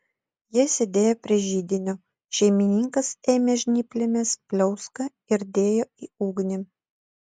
jie sėdėjo prie židinio šeimininkas ėmė žnyplėmis pliauską ir dėjo į ugnį